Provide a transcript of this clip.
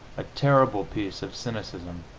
a terrible piece of cynicism